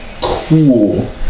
cool